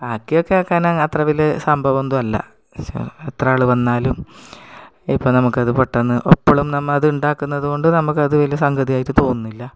ബാക്കിയൊക്കെ വെക്കാൻ അത്ര വലിയ സംഭവമൊന്നും അല്ല എത്ര ആൾ വന്നാലും ഇപ്പോൾ നമുക്കത് പെട്ടെന്ന് ഇപ്പോഴും അത് നമ്മൾ ഉണ്ടാക്കുന്നതുകൊണ്ട് നമുക്ക് അത് വലിയ സംഗതി ആയിട്ട് തോന്നുന്നില്ല